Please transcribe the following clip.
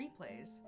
replays